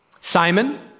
Simon